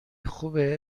خوبه